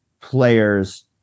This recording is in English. players